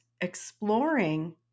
exploring